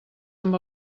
amb